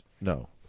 no